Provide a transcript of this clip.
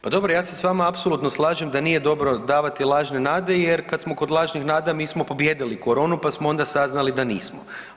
Pa dobro ja se s vama apsolutno slažem da nije dobro davati lažne nade jer kada smo kod lažnih nada mi smo pobijedili koronu pa smo onda saznali da nismo.